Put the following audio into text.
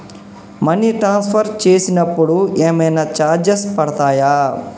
Money transfer చేసినప్పుడు ఏమైనా charges పడతయా?